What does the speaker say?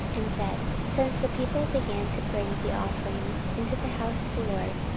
and said, since the people began to bring the offerings into the house of the lord,